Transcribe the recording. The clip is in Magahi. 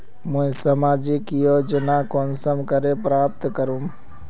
मुई सामाजिक योजना कुंसम करे प्राप्त करूम?